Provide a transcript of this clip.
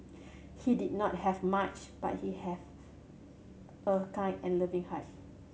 he did not have much but he have a kind and loving heart